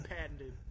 patented